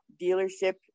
dealership